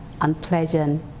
unpleasant